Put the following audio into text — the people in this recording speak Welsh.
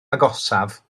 agosaf